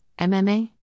MMA